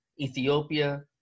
Ethiopia